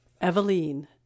Eveline